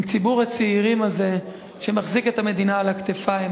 עם ציבור הצעירים הזה שמחזיק את המדינה על הכתפיים,